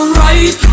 right